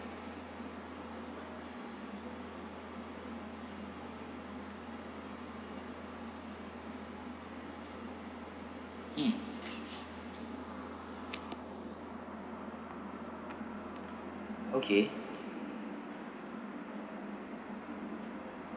mm okay